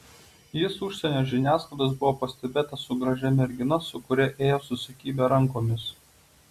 jis užsienio žiniasklaidos buvo pastebėtas su gražia mergina su kuria ėjo susikibę rankomis